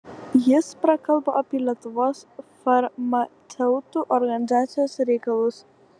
jis prakalbo apie lietuvos farmaceutų organizacijos reikalus